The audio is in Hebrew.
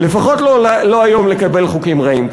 לפחות לא לקבל היום חוקים רעים.